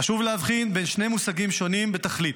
חשוב להבחין בין שני מושגים שונים בתכלית: